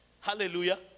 Hallelujah